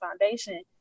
foundation